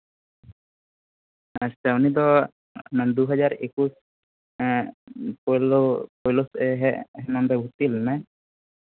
ᱟᱪᱪᱷᱟ ᱩᱱᱤᱫᱚ ᱫᱩ ᱦᱟᱡᱟᱨ ᱮᱠᱩᱥ ᱯᱳᱭᱞᱳ ᱥᱮᱜ ᱦᱮᱡ ᱱᱚᱰᱮ ᱵᱷᱚᱨᱛᱤ ᱞᱮᱱᱟᱭ